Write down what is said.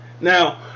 Now